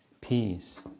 peace